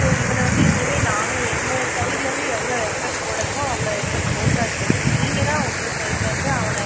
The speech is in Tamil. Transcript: ஸோ இவனை வந்து இனிமேல் நாங்கள் எங்கள் சைடுலேருந்து எவ்வளோ எஃபோர்ட் போடணுமோ அவ்வளோ எஃபோர்ட் போட்டாச்சு இப்போ நீங்கள்தான் உங்கள் சைடுலேருந்து அவனை